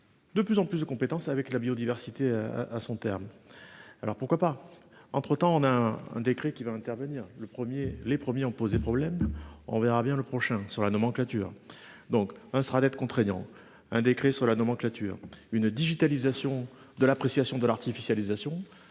De plus en plus de compétences avec la biodiversité à son terme. Alors pourquoi pas. Entre temps, on a un décret qui va intervenir le premier. Les premiers ont posé problème. On verra bien le prochain sur la nomenclature donc hein sera d'être contraignant un décret sur la nomenclature une digitalisation de l'appréciation de l'artificialisation